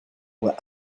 were